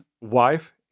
wife